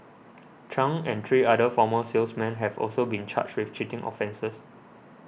Chung and three other former salesmen have also been charged with cheating offences